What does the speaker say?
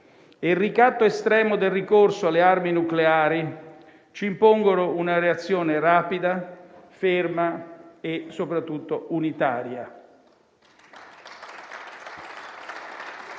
e il ricatto estremo del ricorso alle armi nucleari ci impongono una reazione rapida, ferma e soprattutto unitaria.